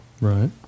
right